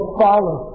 follow